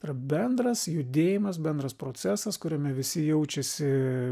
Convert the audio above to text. tai bendras judėjimas bendras procesas kuriame visi jaučiasi